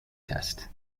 test